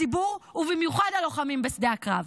הציבור ובמיוחד הלוחמים בשדה הקרב.